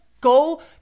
go